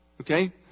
Okay